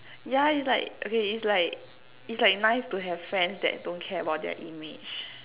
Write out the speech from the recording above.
yeah is like okay is like is like nice to have friends that don't care about their image